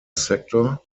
sector